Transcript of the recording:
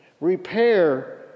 repair